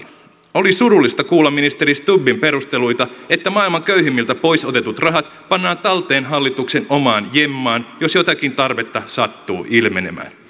oli surullista kuulla ministeri stubbin perusteluita että maailman köyhimmiltä pois otetut rahat pannaan talteen hallituksen omaan jemmaan jos jotakin tarvetta sattuu ilmenemään